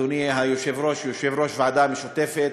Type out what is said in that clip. אדוני היושב-ראש, יושב-ראש הוועדה המשותפת,